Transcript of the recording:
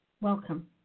welcome